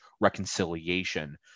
reconciliation